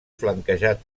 flanquejat